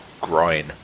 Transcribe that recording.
groin